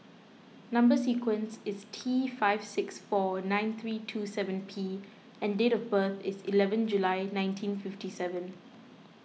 Number Sequence is T five six four nine three two seven P and date of birth is eleven July nineteen fifty seven